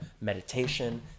meditation